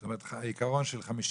זאת אומרת העיקרון של 50%,